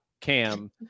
cam